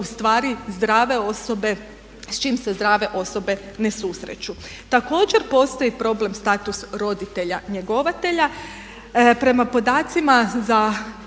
ustvari zdrave osobe, s čim se zdrave osobe ne susreću. Također, postoji problem status roditelja njegovatelja. Prema podacima za